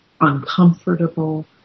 uncomfortable